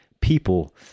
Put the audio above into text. people